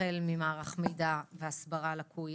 החל ממערך הסברה ומידע לקוי,